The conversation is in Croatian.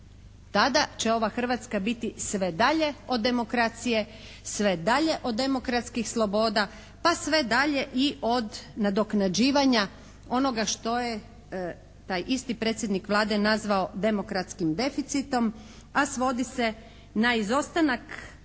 tada će ova Hrvatska biti sve dalje od demokracije, sve dalje od demokratskih sloboda pa sve dalje i od nadoknađivanja onoga što je taj isti predsjednik Vlade nazvao demokratskim deficitom, a svodi se na izostanak